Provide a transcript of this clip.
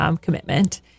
commitment